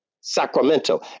Sacramento